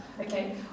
Okay